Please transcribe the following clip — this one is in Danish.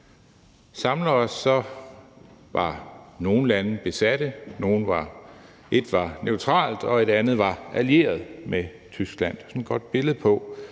samler os, så var nogle lande besatte, ét land var neutralt, og et andet var allieret med Tyskland.